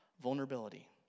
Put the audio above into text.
vulnerability